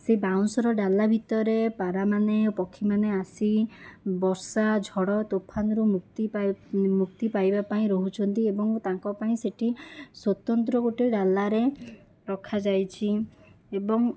ସେ ବାଉଁଶର ଡାଲା ଭିତରେ ପାରାମାନେ ଆଉ ପକ୍ଷୀମାନେ ଆସି ବର୍ଷା ଝଡ଼ ତୋଫାନରୁ ମୁକ୍ତି ପାଇ ମୁକ୍ତି ପାଇବା ପାଇଁ ରହୁଛନ୍ତି ଏବଂ ତାଙ୍କ ପାଇଁ ସେଠି ସ୍ୱତନ୍ତ୍ର ଗୋଟିଏ ଡାଲାରେ ରଖାଯାଇଛି ଏବଂ